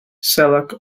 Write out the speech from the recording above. shellac